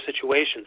situations